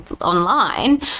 online